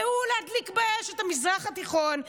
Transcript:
והיא להדליק באש את המזרח התיכון.